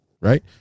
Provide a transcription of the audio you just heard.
right